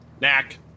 Knack